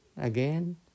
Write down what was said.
again